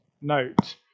note